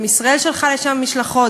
גם ישראל שלחה לשם משלחות,